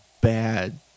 bad